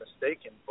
mistaken